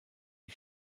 die